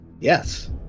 Yes